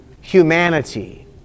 humanity